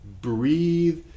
breathe